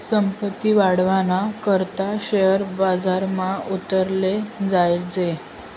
संपत्ती वाढावाना करता शेअर बजारमा उतराले जोयजे